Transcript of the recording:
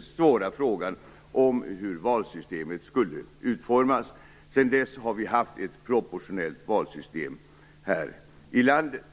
svåra frågan om hur valsystemet skulle utformas. Sedan dess har vi haft ett proportionellt valsystem här i landet.